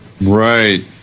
Right